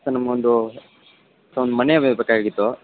sir ನಮಗೊಂದು ಸ ಒಂದು ಮನೆ ಬೇ ಬೇಕಾಗಿತ್ತು